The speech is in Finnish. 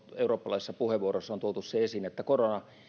eurooppalaisissa puheenvuoroissa on tuotu esiin se että